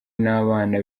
n’abana